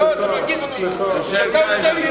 לא, זה מרגיז אותי שאתה צריך להצטדק.